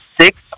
six